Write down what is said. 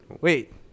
wait